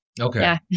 Okay